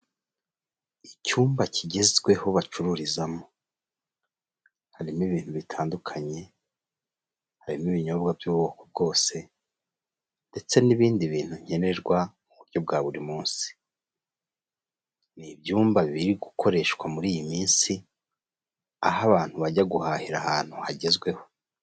Icyumba kigezweho, bacururizamo. Harimo ibintu bitandukanye, harimo ibinyobwa by'ubwoko bwose, ndetse n'ibindi bintu nkenerwa mu buryo bwa buri munsi. Ni ibyumba biri gukoreshwa muri iyi minsi, aho abantu bajya guhahira ahantu hagezweho.